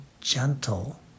gentle